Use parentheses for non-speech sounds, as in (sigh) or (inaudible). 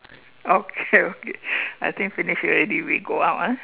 okay (laughs) okay I think finish already we go out ah